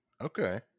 Okay